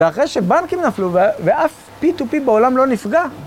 ואחרי שבנקים נפלו ואף P2P בעולם לא נפגע.